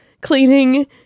cleaning